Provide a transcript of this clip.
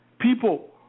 People